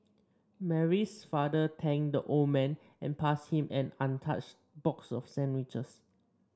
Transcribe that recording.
Mary's father thanked the old man and passed him an untouched box of sandwiches